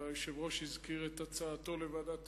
והיושב-ראש הזכיר את הצעתו לוועדת תקציב.